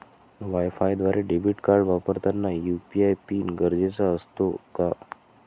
वायफायद्वारे debit card वापरताना UPI PIN गरजेचा असतो का?